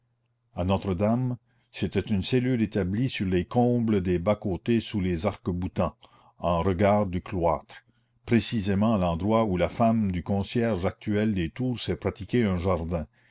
à notre-dame c'était une cellule établie sur les combles des bas côtés sous les arcs-boutants en regard du cloître précisément à l'endroit où la femme du concierge actuel des tours s'est pratiqué un jardin